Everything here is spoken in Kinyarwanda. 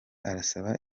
arasaba